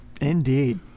indeed